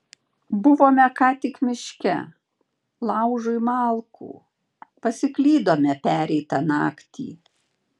buvome ką tik miške laužui malkų pasiklydome pereitą naktį